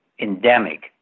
endemic